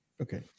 Okay